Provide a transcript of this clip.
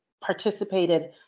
participated